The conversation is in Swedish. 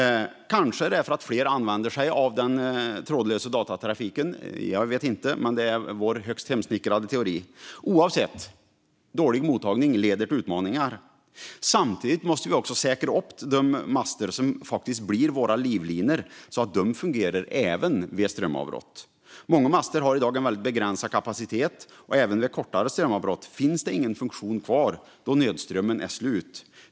Kanske det är för att allt fler använder sig av den trådlösa datatrafiken? Jag vet inte, men detta är vår egen hemsnickrade teori. I vilket fall som helst leder dålig mottagning till utmaningar. Samtidigt måste vi säkra upp de mobilmaster som faktiskt blir våra livlinor, så att de fungerar även vid strömavbrott. Många master har i dag mycket begränsad kapacitet, och inte ens vid ett kortare strömavbrott finns någon funktion kvar då nödströmmen är slut.